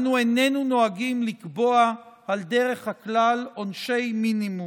אנו איננו נוהגים לקבוע על דרך הכלל עונשי מינימום.